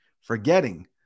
forgetting